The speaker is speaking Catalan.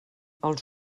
els